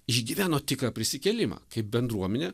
išgyveno tikrą prisikėlimą kaip bendruomenė